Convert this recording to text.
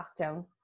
lockdown